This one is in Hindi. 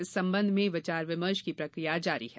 इस संबंध में विचार विमर्श की प्रक्रिया जारी है